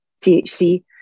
THC